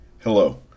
hello